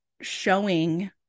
showing